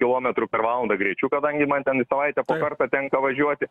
kilometrų per valandą greičiu kadangi man ten į savaitę po kartą tenka važiuoti